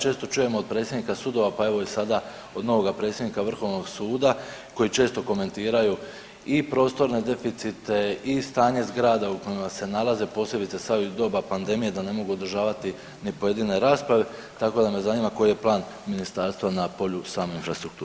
Često čujemo od predsjednika sudova, pa evo i sada od novoga predsjednika Vrhovnog suda koji često komentiraju i prostorne deficite i stanje zgrada u kojima se nalaze posebice sad već u doba pandemije da ne mogu održavati ni pojedine rasprave, tako da me zanima koji je plan ministarstva na polju same infrastrukture.